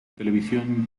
televisión